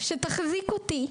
שתחזיק אותי.